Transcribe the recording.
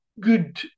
good